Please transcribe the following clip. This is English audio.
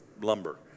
lumber